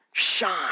shine